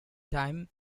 time